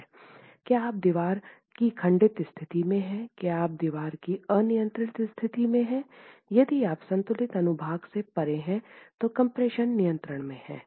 क्या आप दीवार की खंडित स्थिति में हैं क्या आप दीवार की अनियत्रित स्थिति में हैं यदि आप संतुलित अनुभाग से परे हैं तो कम्प्रेशन नियंत्रण में हैं